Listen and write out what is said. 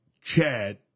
Chad